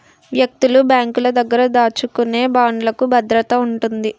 వ్యక్తులు బ్యాంకుల దగ్గర దాచుకునే బాండ్లుకు భద్రత ఉంటుంది